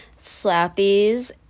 slappies